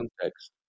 context